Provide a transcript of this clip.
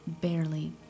barely